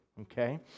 Okay